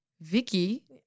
Vicky